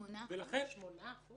8%?